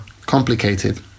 complicated